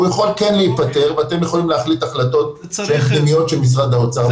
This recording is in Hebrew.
הוא יכול כן להיפתר ואתם יכולים להחליט החלטות תקדימיות של משרד האוצר.